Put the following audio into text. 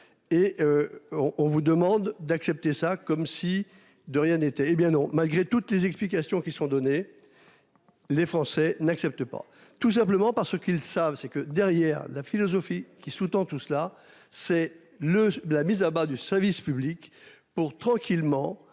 On, on vous demande d'accepter ça comme si de rien n'était. Et bien non. Malgré toutes les explications qui sont données. Les Français n'accepte pas tout simplement parce qu'ils savent, c'est que derrière la philosophie qui sous-tend tout cela c'est le la mise à bas du service public pour tranquillement